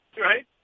right